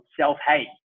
self-hate